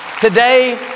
Today